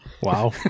Wow